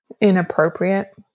inappropriate